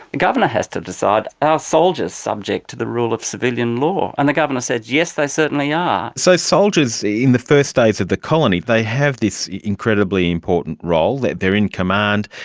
the governor has to decide are soldiers subject to the rule of civilian law? and the governor says, yes, they certainly are. so soldiers in the first days of the colony, they have this incredibly important role, they they are in command,